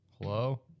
Hello